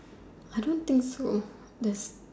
I don't think so the